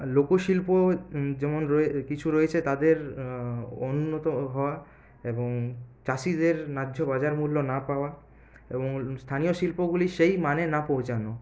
লোকশিল্প যেমন রয়ে কিছু রয়েছে তাদের অনুন্নত হওয়া এবং চাষিদের ন্যায্য বাজারমূল্য না পাওয়া এবং স্থানীয় শিল্পগুলির সেই মানে না পৌঁছানো